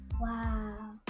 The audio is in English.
Wow